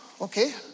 okay